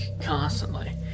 constantly